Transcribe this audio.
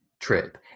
trip